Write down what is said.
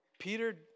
Peter